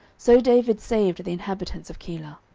so david saved the inhabitants of keilah.